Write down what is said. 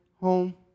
home